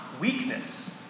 weakness